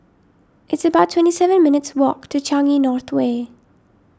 it's about twenty seven minutes' walk to Changi North Way